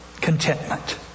contentment